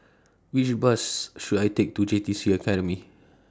Which Bus should I Take to J T C Academy